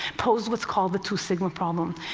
posed what's called the two sigma problem,